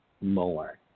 more